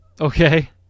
Okay